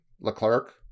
leclerc